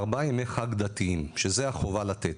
ארבעה ימי חג דתיים, שזה החובה לתת,